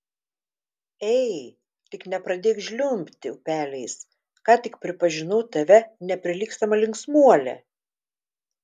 ei tik nepradėk žliumbti upeliais ką tik pripažinau tave neprilygstama linksmuole